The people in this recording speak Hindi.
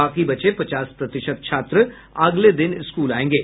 बाकी बचे पचास प्रतिशत छात्र अगले दिन स्कूल आयेंगे